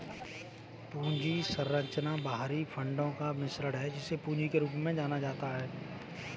पूंजी संरचना बाहरी फंडों का मिश्रण है, जिसे पूंजी के रूप में जाना जाता है